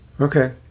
Okay